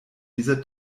dieser